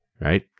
right